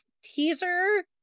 teaser